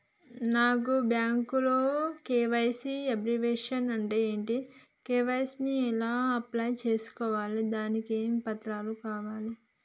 నాకు బ్యాంకులో KYC abbreviation అంటే ఏంటి కే.వై.సీ ని ఎలా అప్లై చేసుకోవాలి దానికి ఏ పత్రాలు కావాలి?